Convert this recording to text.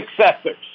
successors